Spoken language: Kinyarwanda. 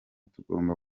tugomba